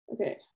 Okay